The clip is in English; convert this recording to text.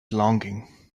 longing